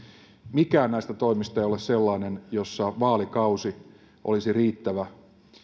mikään näistä toimista ei ole sellainen jossa vaalikausi olisi riittävä